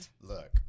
Look